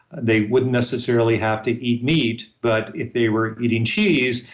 they wouldn't necessarily have to eat meat, but, if they were eating cheese,